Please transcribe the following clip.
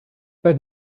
but